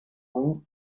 ring